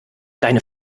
deine